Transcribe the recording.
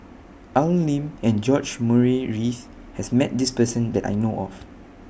Al Lim and George Murray Reith has Met This Person that I know off